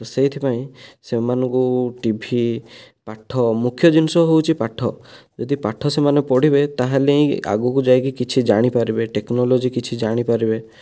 ସେଇଥିପାଇଁ ସେମାନଙ୍କୁ ଟିଭି ପାଠ ମୁଖ୍ୟ ଜିନିଷ ହେଉଛି ପାଠ ଯଦି ପାଠ ସେମାନେ ପଢ଼ିବେ ତା'ହେଲେ ହିଁ ଆଗକୁ ଯାଇକି କିଛି ଜାଣିପାରିବେ ଟେକ୍ନୋଲୋଜି କିଛି ଜାଣିପାରିବେ